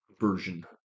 version